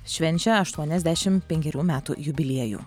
švenčia aštuoniasdešimt penkerių metų jubiliejų